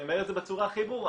אני אומר את זה בצורה הכי ברורה,